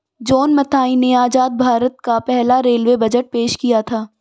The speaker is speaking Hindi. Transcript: जॉन मथाई ने आजाद भारत का पहला रेलवे बजट पेश किया था